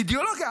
אידיאולוגיה.